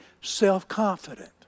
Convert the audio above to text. self-confident